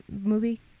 movie